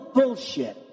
bullshit